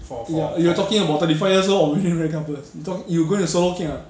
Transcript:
you you are talking about thirty five years old or newly married couples you talk you go and so kia